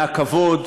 מהכבוד,